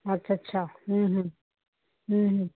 ਅੱਛਾ ਅੱਛਾ